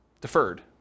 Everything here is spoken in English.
deferred